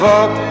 up